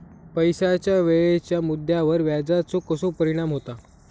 पैशाच्या वेळेच्या मुद्द्यावर व्याजाचो कसो परिणाम होता